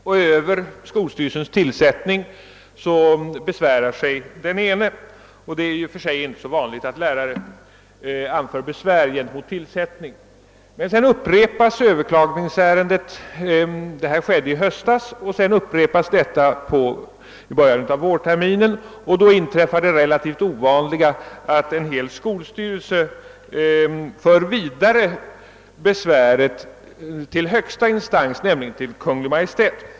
Den ene av sökandena besvärar sig på hösten över skolstyrelsens tillsättning, och det är i och för sig inte heller så ovanligt att lärare anför besvär mot tillsättningar. Sedan upprepas emellertid överklagandet, och i början av vårterminen inträffar det relativt ovanliga att en hel skol styrelse för besväret vidare till högsta instans, nämligen Kungl. Maj:t.